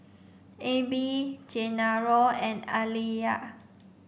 Ebbie Genaro and Aliya